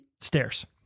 stairs